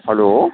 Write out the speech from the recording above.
hello